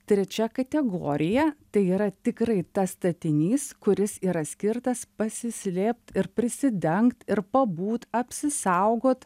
trečia kategorija tai yra tikrai tas statinys kuris yra skirtas pasislėpt ir prisidengt ir pabūt apsisaugot